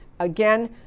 again